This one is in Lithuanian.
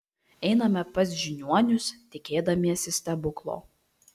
einame pas žiniuonius tikėdamiesi stebuklo